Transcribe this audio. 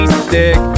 stick